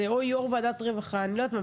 או יו"ר ועדת רווחה אני לא יודעת מה,